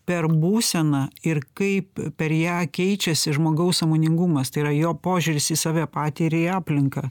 per būseną ir kaip per ją keičiasi žmogaus sąmoningumas tai yra jo požiūris į save patį ir į aplinką